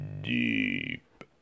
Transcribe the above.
Deep